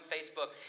Facebook